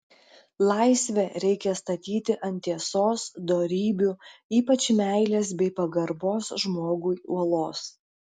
laisvę reikia statyti ant tiesos dorybių ypač meilės bei pagarbos žmogui uolos